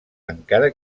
encara